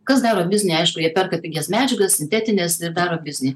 kas daro biznį aišku jie perka pigias medžiagas sintetines ir daro biznį